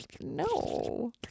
no